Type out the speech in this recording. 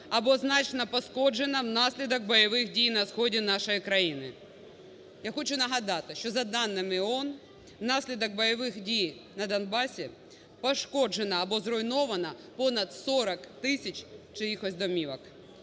або значно пошкоджено внаслідок бойових дій на сході нашої країни. Я хочу нагадати, що за даними ООН внаслідок бойових дій на Донбасі пошкоджено або зруйновано понад 40 тисяч чиїхось домівок.